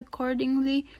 accordingly